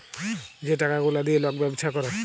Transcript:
যে টাকা গুলা দিঁয়ে লক ব্যবছা ক্যরে